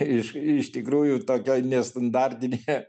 iš tikrųjų tokioj nestandartinė